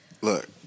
Look